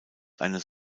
eines